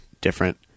different